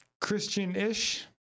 Christian-ish